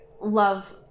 Love